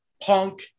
Punk